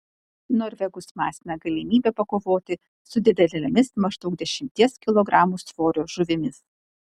norvegus masina galimybė pakovoti su didelėmis maždaug dešimties kilogramų svorio žuvimis